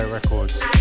Records